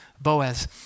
Boaz